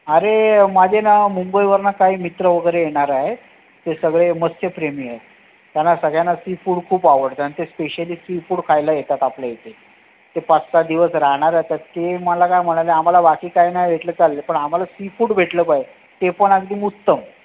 अरे माझे ना मुंबईवरून काही मित्र वगैरे येणार आहे ते सगळे मत्स्यप्रेमी आहेत त्यांना सगळ्यांना सीफूड खूप आवडतं आणि ते स्पेशली सीफूड खायला येतात आपल्या इथे ते पाच सहा दिवस राहणार आहेत तर ते मला काय म्हणाले आम्हाला बाकी काय नाही भेटलं तरी चालेल पण आम्हाला सीफूड भेटलं पाहिजे ते पण अगदी उत्तम